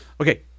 okay